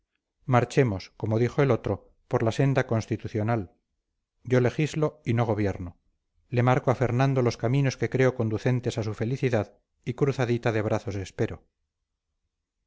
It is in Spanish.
marchemos como dijo el otro por la senda constitucional yo legislo y no gobierno le marco a fernando los caminos que creo conducentes a su felicidad y cruzadita de brazos espero